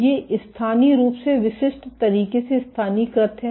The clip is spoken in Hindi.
ये स्थानीय रूप से विशिष्ट तरीके से स्थानीयकृत हैं